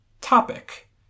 topic